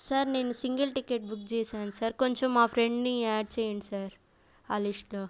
sir నేను single ticket book జేశాను sir కొంచెం మా ఫ్రెండ్ని యాడ్ చేయండి సార్ ఆ లిస్ట్లో